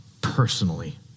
personally